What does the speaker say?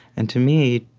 and to me,